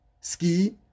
Ski